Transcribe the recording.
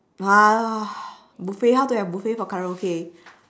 ah buffet how to have buffet for karaoke